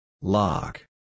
Lock